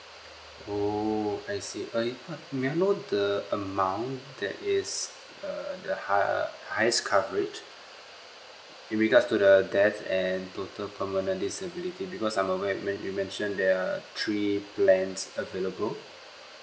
oh I see uh may I know the amount that is uh the hi~ highest coverage in regards to the death and total permanent disability because I'm aware when you mentioned there are three plans available